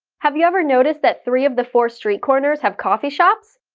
have you ever noticed that three of the four street corners have coffee shops?